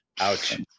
Ouch